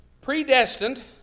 predestined